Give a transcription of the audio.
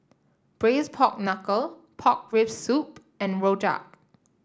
Braised Pork Knuckle Pork Rib Soup and rojak